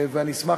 עזרנו.